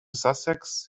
sussex